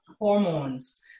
hormones